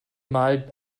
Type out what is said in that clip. mal